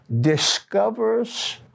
discovers